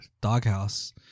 doghouse